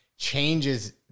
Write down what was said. Changes